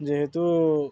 ଯେହେତୁ